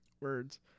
words